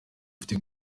ufite